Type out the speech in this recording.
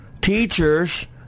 teachers